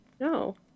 no